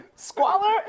Squalor